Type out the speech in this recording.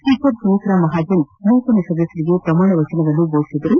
speaker Sumitra Mahajan ನೂತನ ಸದಸ್ಟರಿಗೆ ಪ್ರಮಾಣ ವಚನ ಬೋಧಿಸಿದರು